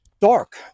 Dark